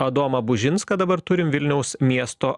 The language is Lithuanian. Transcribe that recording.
adomą bužinską dabar turim vilniaus miesto